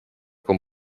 qu’on